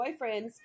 boyfriends